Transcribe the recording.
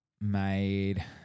made